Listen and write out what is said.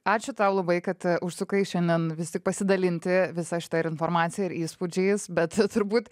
ačiū tau labai kad užsukai šiandien vis tik pasidalinti visa šita ir informacija ir įspūdžiais bet turbūt